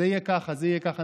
זה יהיה ככה, זה יהיה ככה.